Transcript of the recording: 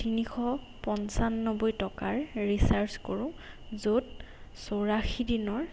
তিনিশ পঞ্চান্নব্বৈ টকাৰ ৰিচাৰ্জ কৰোঁ য'ত চৌৰাশী দিনৰ